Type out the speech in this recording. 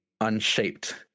unshaped